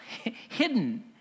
hidden